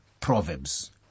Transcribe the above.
Proverbs